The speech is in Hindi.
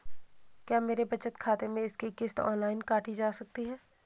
क्या मेरे बचत खाते से इसकी किश्त ऑनलाइन काटी जा सकती है?